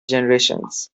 generations